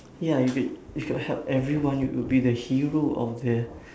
ya you could if you help everyone you would be the hero of the